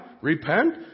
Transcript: repent